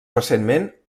recentment